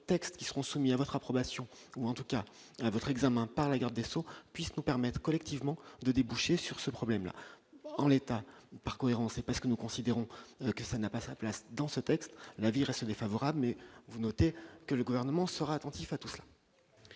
textes qui seront soumis à votre approbation ou en tout cas à votre examen par la garde des Sceaux, puisse nous permettre collectivement de déboucher sur ce problème-là, en l'état par cohérence, c'est parce que nous considérons que ça n'a pas sa place dans ce texte, la vie reste défavorable mais vous notez que le gouvernement sera attentif à tout cela.